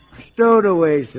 stowed away sir